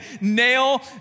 nail